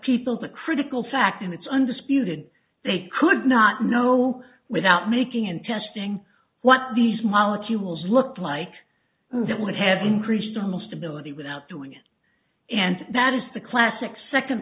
people the critical fact and its undisputed they could not know without making and testing what these molecules looked like that would have increased almost ability without doing it and that is the classic second